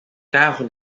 carro